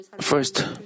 first